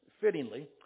fittingly